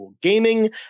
Gaming